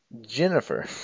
Jennifer